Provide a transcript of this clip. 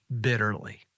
bitterly